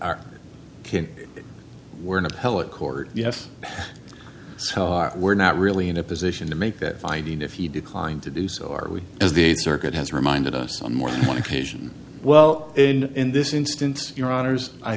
kids were an appellate court yes we're not really in a position to make that finding if he declined to do so are we as the circuit has reminded us on more than one occasion well in in this instance your honour's i